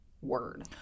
word